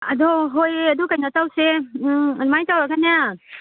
ꯑꯗꯨ ꯍꯣꯏꯌꯦ ꯑꯗꯨ ꯀꯩꯅꯣ ꯇꯧꯁꯦ ꯎꯝ ꯑꯗꯨꯃꯥꯏꯅ ꯇꯧꯔꯒꯅꯦ